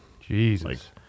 Jesus